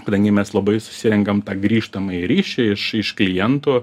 kadangi mes labai susirenkam tą grįžtamąjį ryšį iš iš klientų